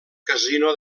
casino